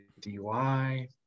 DUI